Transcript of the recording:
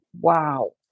wow